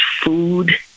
food